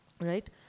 right